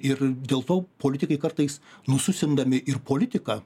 ir dėl to politikai kartais nususindami ir politiką